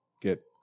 get